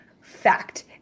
fact